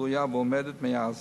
תלויה ועומדת מאז,